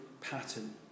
pattern